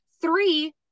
Three